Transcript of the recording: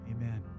Amen